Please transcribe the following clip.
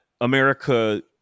America